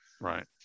Right